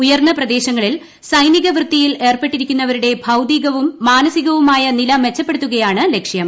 ഉയർന്ന പ്രദേശങ്ങളിൽ സൈനിക വൃത്തിയിൽ ഏർപ്പെട്ടിരിക്കുന്നവരുടെ ഭൌതികവും മാനസികവുമായ നില മെച്ചപ്പെടുത്തുകയാണ് ലക്ഷ്യം